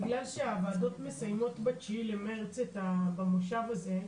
בגלל שהוועדות מסיימות ב-9 למרץ את המושב הזה,